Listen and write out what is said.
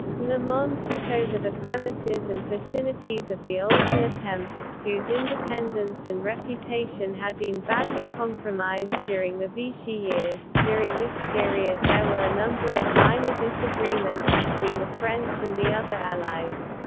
le monde took over the premises and facilities of the older le temps, whose independence and reputation had been badly compromised during the vichy years during this period there were a number of minor disagreements between the french and the other allies.